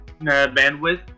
bandwidth